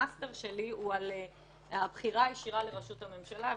המאסטר שלי הוא על הבחירה הישירה לראשות הממשלה.